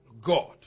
God